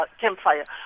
Campfire